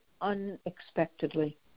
unexpectedly